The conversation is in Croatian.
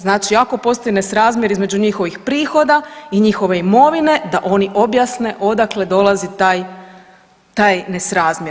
Znači ako postoji nesrazmjer između njihovih prihoda i njihove imovine da oni objasne odakle dolazi taj nesrazmjer.